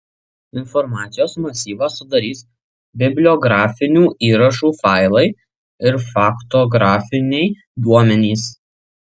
informacijos masyvą sudarys bibliografinių įrašų failai ir faktografiniai duomenys